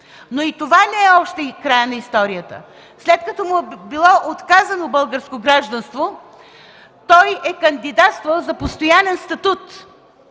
Но и това не е още краят на историята. След като му е било отказано българско гражданство, той е кандидатствал за постоянен статут